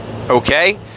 okay